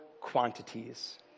quantities